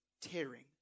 tearing